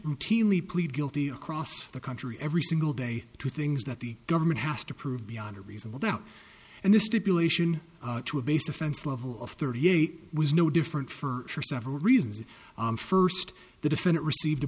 routinely plead guilty across the country every single day to things that the government has to prove beyond a reasonable doubt and the stipulation to a base offense level of thirty eight was no different for several reasons first the defendant received a